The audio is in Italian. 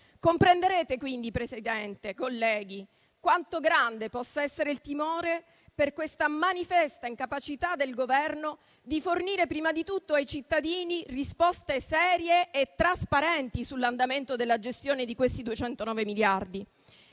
Comprenderete quindi, Presidente, colleghi, quanto grande possa essere il timore per questa manifesta incapacità del Governo di fornire prima di tutto ai cittadini risposte serie e trasparenti sull'andamento della gestione di questi 209 miliardi.